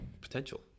potential